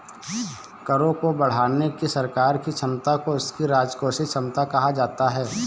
करों को बढ़ाने की सरकार की क्षमता को उसकी राजकोषीय क्षमता कहा जाता है